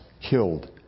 killed